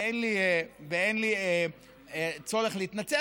ואין לי צורך להתנצל.